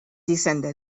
descended